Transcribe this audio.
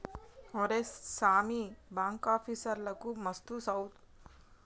ఒరే సామీ, బాంకాఫీసర్లకు మస్తు సౌలతులుంటయ్ గందుకే నువు గుడ ఆపీసరువైపో